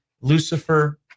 Lucifer